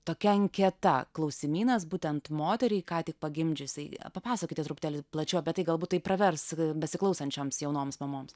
tokia anketa klausimynas būtent moteriai ką tik pagimdžiusiai papasakokite truputėlį plačiau apie tai galbūt tai pravers besiklausančioms jaunoms mamoms